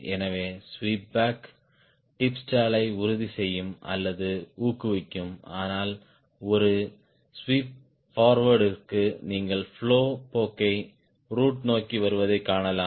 எனவே sweep back tip ஸ்டாலை உறுதி செய்யும் அல்லது ஊக்குவிக்கும் ஆனால் ஒரு ஸ்வீப் போர்வேர்ட் ற்கு நீங்கள் பிளோ போக்கை ரூட் நோக்கி வருவதைக் காணலாம்